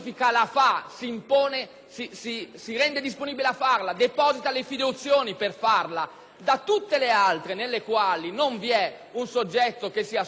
da tutte le altre nelle quali non vi è un soggetto che si assume questo obbligo (che è giusto perseguire, e che si continuerà a perseguire nell'ambito dell'articolo